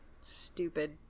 stupid